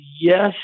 yes